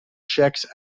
checks